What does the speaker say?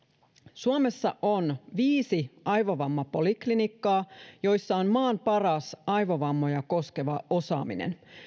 suomessa on viisi aivovammapoliklinikkaa joissa on maan paras aivovammoja koskeva osaaminen